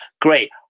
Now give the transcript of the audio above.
great